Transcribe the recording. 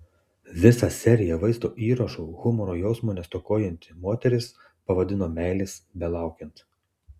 visą seriją vaizdo įrašų humoro jausmo nestokojanti moteris pavadino meilės belaukiant